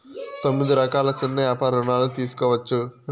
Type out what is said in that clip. తొమ్మిది రకాల సిన్న యాపార రుణాలు తీసుకోవచ్చు